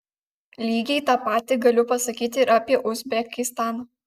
lygiai tą patį galiu pasakyti ir apie uzbekistaną